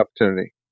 opportunity